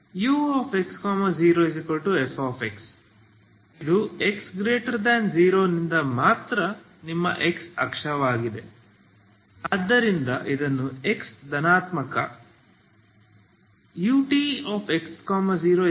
ux0f ಇದು x0 ನಿಂದ ಮಾತ್ರ ನಿಮ್ಮ x ಅಕ್ಷವಾಗಿದೆ ಆದ್ದರಿಂದ ಇದನ್ನು x ಧನಾತ್ಮಕ utx0gx ಗೆ ಮಾತ್ರ ನೀಡಲಾಗಿದೆ